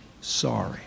sorry